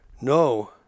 no